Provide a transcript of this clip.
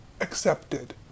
accepted